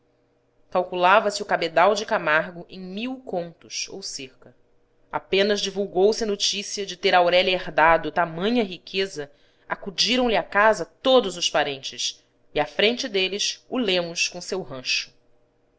calculava se o cabedal de camargo em mil contos ou cerca apenas divulgou se a notícia de ter aurélia herdado tamanha riqueza acudiram-lhe à casa todos os parentes e à frente deles o lemos com seu rancho